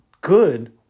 good